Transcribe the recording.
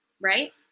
right